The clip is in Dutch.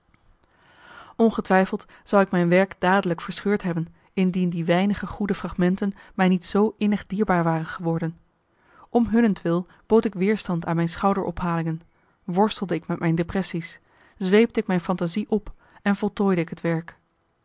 ongetwijfeld zou ik mijn werk dadelijk verscheurd hebben indien die weinige goede fragmenten mij niet zoo innig dierbaar waren geworden om hunnentwil bood ik weerstand aan mijn schouderophalingen worstelde ik met mijn depressie's zweepte ik mijn fantasie op en voltooide ik het werk